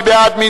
מי בעד?